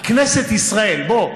כנסת ישראל: בוא,